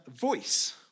voice